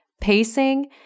pacing